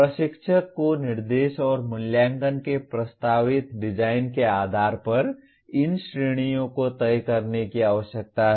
प्रशिक्षक को निर्देश और मूल्यांकन के प्रस्तावित डिजाइन के आधार पर इन श्रेणियों को तय करने की आवश्यकता है